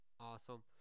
awesome